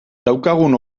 daukagun